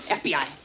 fbi